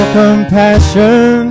compassion